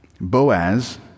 Boaz